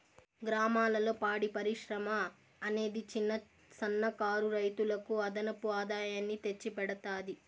గ్రామాలలో పాడి పరిశ్రమ అనేది చిన్న, సన్న కారు రైతులకు అదనపు ఆదాయాన్ని తెచ్చి పెడతాది